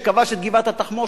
שכבש את גבעת-התחמושת,